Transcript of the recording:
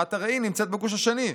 תמונת הראי נמצאת בגוש השני.